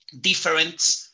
different